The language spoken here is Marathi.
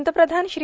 पंतप्रधान श्री